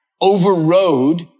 overrode